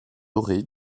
doré